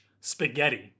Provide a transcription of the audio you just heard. spaghetti